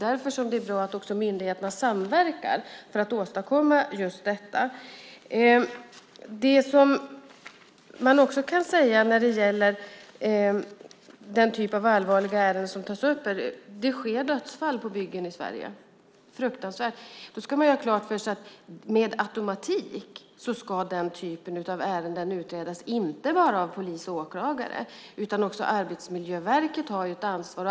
Därför är det bra att myndigheterna samverkar för att åstadkomma just detta. Det man också kan säga när det gäller den typ av allvarliga ärenden som här tas upp är att det sker dödsfall på byggen i Sverige - fruktansvärt! Då ska man ha klart för sig att med automatik ska den typen av ärenden utredas inte bara av polis och åklagare. Också Arbetsmiljöverket har ett ansvar.